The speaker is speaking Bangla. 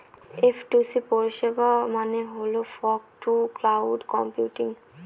এফটুসি পরিষেবা মানে হল ফগ টু ক্লাউড কম্পিউটিং